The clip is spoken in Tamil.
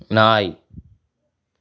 நாய்